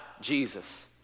Jesus